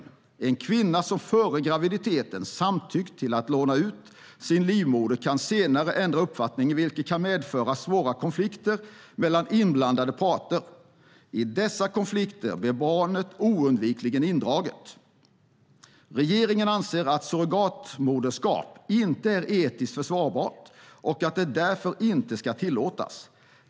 En kvinna som före graviditeten samtyckt till att 'låna ut' sin livmoder kan senare ändra uppfattning vilket kan medföra svåra konflikter mellan inblandade parter. I dessa konflikter blir barnet oundvikligen indraget. Regeringen anser att surrogatmoderskap inte är etiskt försvarbart och att det därför inte skall tillåtas.